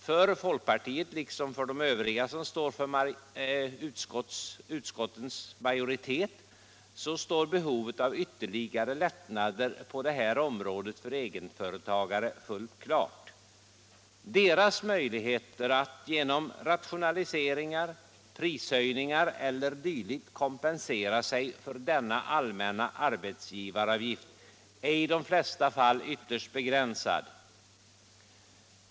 För folkpartiet, liksom för övriga som tillhör utskottsmajoriteten, står behovet av ytterligare lättnader på detta område för egenföretagare fullt 140 klart. Deras möjligheter att genom rationaliseringar, prishöjningar e. d. kompensera sig för denna allmänna arbetsgivaravgift är i de flesta fall ytterst begränsade.